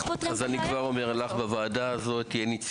פותרים את הבעיה --- אז אני כבר אומר לך,